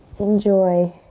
enjoy.